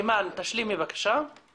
אני מבקשת, אל תפריע לי.